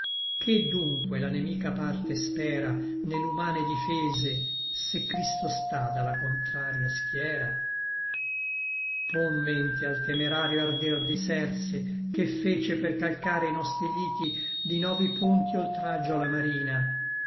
che dunque la nemica parte spera ne l'umane difese se cristo sta da la contraria schiera pon mente al temerario ardir di xerse che fece per calcare i nostri liti di novi ponti oltraggio a la marina